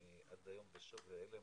אני עד היום בשוק והלם,